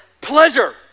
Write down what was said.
pleasure